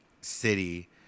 city